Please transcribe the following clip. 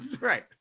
Right